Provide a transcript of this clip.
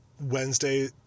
Wednesday